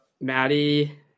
Maddie